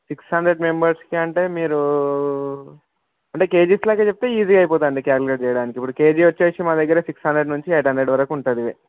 six hundred నెంబర్స్కి అంటే మిరూ అంటే కేజీస్ లెక్క చెప్తే ఈజీ అయిపోతుంది అంటే క్యాలిక్యులేట్ చేయడానికి ఇప్పుడు కేజీ వచ్చేసి మా దగ్గర సిక్స్ హండ్రెడ్ నుంచి ఎయిట్ హండ్రెడ్ వరకు ఉంటుంది